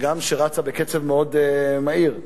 שגם רצה בקצב מאוד מהיר.